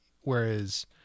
Whereas